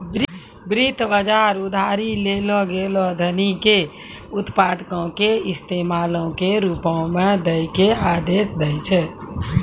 वित्त बजार उधारी लेलो गेलो धनो के उत्पादको के इस्तेमाल के रुपो मे दै के आदेश दै छै